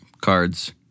cards